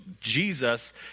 Jesus